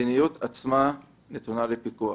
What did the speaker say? והמדיניות עצמה נתונה לפיקוח.